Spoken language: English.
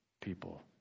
people